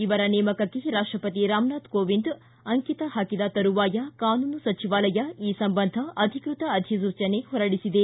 ಇವರ ನೇಮಕಕ್ಕೆ ರಾಷ್ಟಪತಿ ರಾಮನಾಥ್ ಕೋವಿಂದ್ ಅಂಕಿತ ಪಾಕಿದ ತರುವಾಯ ಕಾನೂನು ಸಚಿವಾಲಯ ಈ ಸಂಬಂಧ ಅಧಿಕೃತ ಅಧಿಸೂಚನೆ ಹೊರಡಿಸಿದೆ